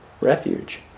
Refuge